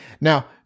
now